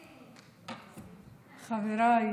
חבריי,